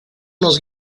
nos